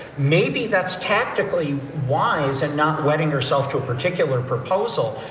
maybe that's tactically wise and not wedding herself to a particular proposal,